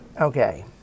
Okay